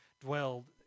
dwelled